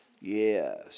Yes